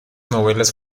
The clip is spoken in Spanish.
novelas